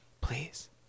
Please